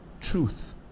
Truth